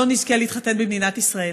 לא נזכה להתחתן במדינת ישראל.